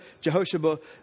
Jehoshaphat